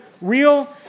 real